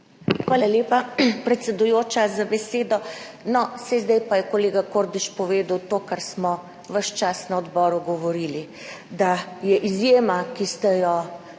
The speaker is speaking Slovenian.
Hvala lepa, predsedujoča, za besedo. No, saj zdaj pa je kolega Kordiš povedal to, kar smo na odboru ves čas govorili, da je izjema, ki ste jo